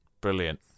brilliant